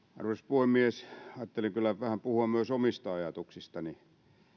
puhemies ajattelin kyllä vähän puhua myös omista ajatuksistani